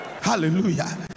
Hallelujah